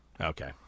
Okay